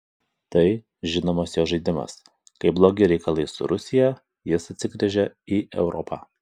tai žinomas jo žaidimas kai blogi reikalai su rusija jis atsigręžia į europą